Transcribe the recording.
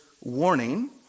warning